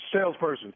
salesperson